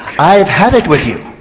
i've had it with you,